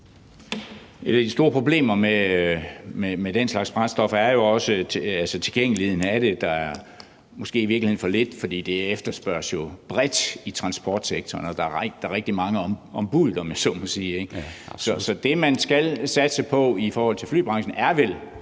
Et af de store problemer med den slags brændstoffer er jo også tilgængeligheden af dem. Der er måske i virkeligheden for lidt, for det efterspørges bredt i transportsektoren, og der er rigtig mange om buddet, om jeg så må sige. Så det, man skal satse på i forhold til flybranchen, er vel